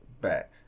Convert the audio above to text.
back